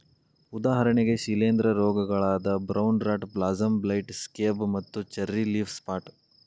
ಉದಾಹರಣೆಗೆ ಶಿಲೇಂಧ್ರ ರೋಗಗಳಾದ brown rot blossom blight, scab ಮತ್ತು ಚೆರ್ರಿ ಲೇಫ್ ಸ್ಪಾಟ್